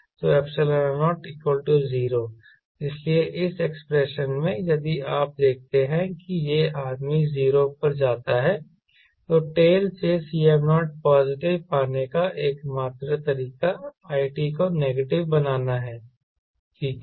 तो ε0 0 इसलिए इस एक्सप्रेशन में यदि आप देखते हैं कि यह आदमी 0 पर जाता है तो टेल से Cm0 पॉजिटिव पाने का एकमात्र तरीका it को नेगेटिव बनाना है ठीक है